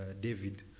David